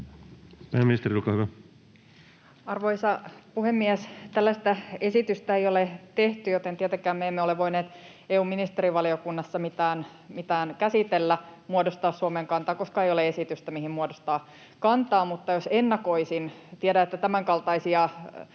Arvoisa puhemies! Tällaista esitystä ei ole tehty, joten tietenkään me emme ole voineet EU-ministerivaliokunnassa mitään käsitellä, muodostaa Suomen kantaa, koska ei ole esitystä, mihin muodostaa kantaa. Mutta jos ennakoisin — tiedän, että tämänkaltaisia avauksia